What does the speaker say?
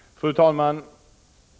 Fru talman!